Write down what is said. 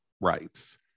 rights